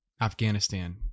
Afghanistan